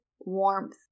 warmth